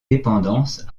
dépendances